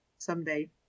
someday